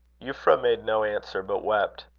euphra made no answer, but wept,